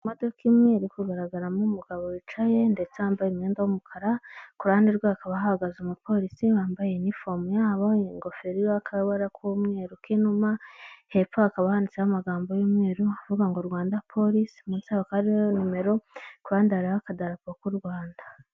Imodoka imwe iri kugaragaramo umugabo wicaye ndetse wambaye imyenda y'umukara. Ku ruhande rwe hakaba hahagaze umupolisi wambaye inifimu yabo, ingofero iriho akabara k'umweru k'inuma hepfo hakaba handitseho amagambo y'umweru avuga ngo "RWANDA POLICE", munsi yaho hakaba hariho nimero ku ruhande hariho akadarapo k'u Rwanda.